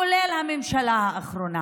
כולל הממשלה האחרונה.